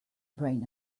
brain